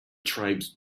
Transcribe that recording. tribes